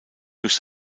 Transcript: durch